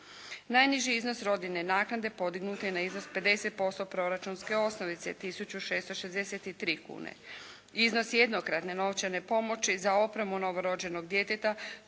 Najniži iznos rodiljne naknade podignut je na iznos 50% proračunske osnovice tisuću 663 kune. Iznos jednokratne novčane pomoći za opremu novorođenog djeteta